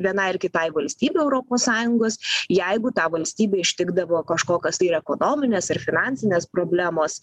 vienai ar kitai valstybei europos sąjungos jeigu tą valstybę ištikdavo kažkokios tai ar ekonominės ar finansinės problemos